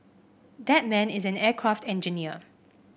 that man is an aircraft engineer